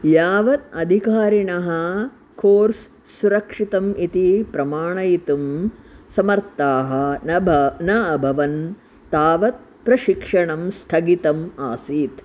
यावत् अधिकारिणः कोर्स् सुरक्षितम् इति प्रमाणयितुं समर्थाः नबा न अभवन् तावत् प्रशिक्षणं स्थगितम् आसीत्